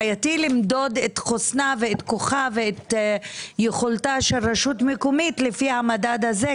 בעייתי למדוד את חוסנה ואת כוחה ואת יכולה של רשות מקומית לפי המדד הזה,